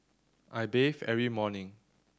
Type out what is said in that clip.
I bathe every morning